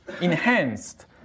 enhanced